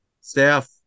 staff